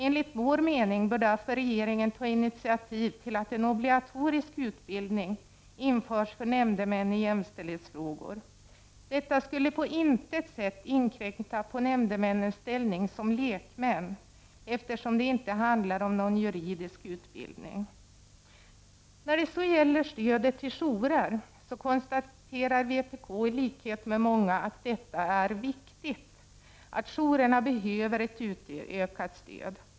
Enligt vår mening bör därför regeringen ta initiativ till att en obligatorisk utbildning införs för nämndemän i jämställdhetsfrågor. Detta skulle på intet sätt inkräkta på nämndemännens ställning som lekmän, eftersom det inte handlar om någon juridisk utbildning. När det gäller stödet till jourer konstaterar vpk i likhet med många att detta är viktigt. Jourerna behöver ett utökat stöd.